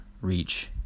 reach